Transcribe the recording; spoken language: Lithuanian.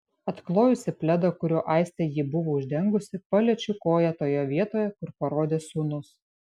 atklojusi pledą kuriuo aistė jį buvo uždengusi paliečiu koją toje vietoje kur parodė sūnus